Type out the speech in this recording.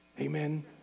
Amen